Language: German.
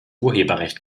urheberrecht